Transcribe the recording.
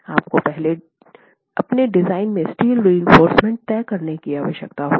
आपको पहले अपने डिज़ाइन में स्टील रिइंफोर्समेन्ट तय करने की आवश्यकता है